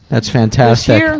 that's fantastic.